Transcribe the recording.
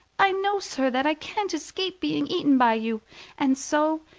i know, sir, that i can't escape being eaten by you and so,